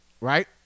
right